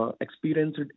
experienced